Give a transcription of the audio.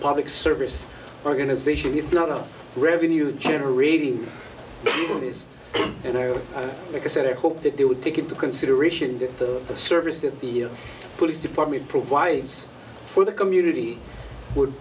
public service organization it's not a revenue generating you know like i said i hope that they would take into consideration that the service that the police department provides for the community would